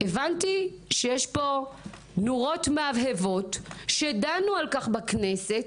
הבנתי שיש פה נורות מהבהבות שדנו על כך בכנסת,